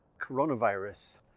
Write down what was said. coronavirus